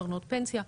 קרנות פנסיה,